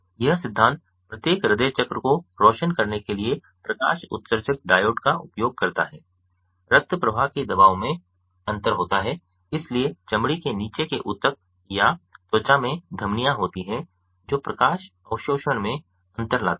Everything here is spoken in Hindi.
यह सिद्धांत प्रत्येक हृदय चक्र को रोशन करने के लिए प्रकाश उत्सर्जक डायोड का उपयोग करता है रक्त प्रवाह के दबाव में अंतर होता है इसलिए चमड़ी के नीचे के ऊतक या त्वचा में धमनियां होती हैं जो प्रकाश अवशोषण में अंतर लाती हैं